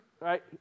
Right